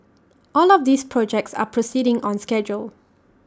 all of these projects are proceeding on schedule